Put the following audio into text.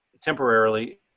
temporarily